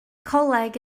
coleg